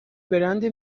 برند